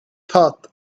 thought